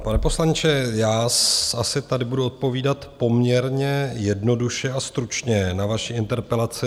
Pane poslanče, já asi tady budu odpovídat poměrně jednoduše a stručně na vaši interpelaci.